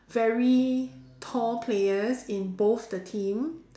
very tall players in both the team